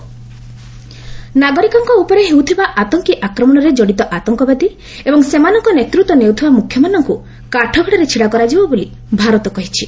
MEA ଚୀନ୍ FS ନାଗରିକଙ୍କ ଉପରେ ହେଉଥିବା ଆତଙ୍କୀ ଆକ୍ରମଣରେ କଡ଼ିତ ଆତଙ୍କବାଦୀ ଏବଂ ସେମାନଙ୍କ ନେତୃତ୍ୱ ନେଉଥିବା ମୁଖ୍ୟମାନଙ୍କୁ କାଠଗଡ଼ାରେ ଛିଡ଼ା କରାଯିବ ବୋଲି ଭାରତ କହିଛି